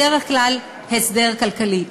בדרך כלל הסדר כלכלי,